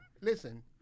Listen